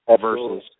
versus